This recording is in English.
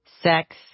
sex